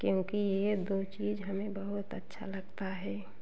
क्योंकि ये दो चीज़ हमें बहुत अच्छा लगता है